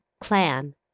clan